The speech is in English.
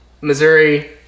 missouri